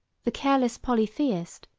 the careless polytheist,